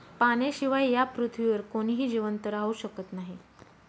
पाण्याशिवाय या पृथ्वीवर कोणीही जिवंत राहू शकत नाही